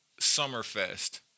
Summerfest